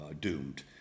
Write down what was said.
doomed